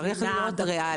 צריך להיות ריאלי.